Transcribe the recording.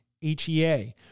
HEA